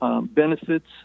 benefits